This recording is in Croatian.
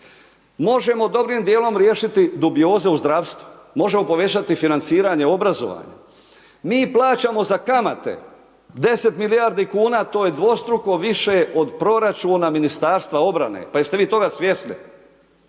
možemo dobrim dijelom riješiti dubioze u zdravstvu, možemo povećati financiranje obrazovanja, mi plaćamo za kamate 10 milijardi kuna to je dvostruko više od proračuna Ministarstva obrane, pa jeste vi toga svjesni.